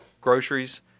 groceries